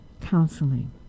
counseling